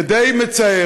זה די מצער